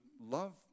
love